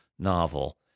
novel